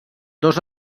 dos